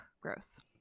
gross